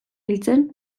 biltzen